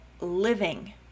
living